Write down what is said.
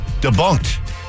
debunked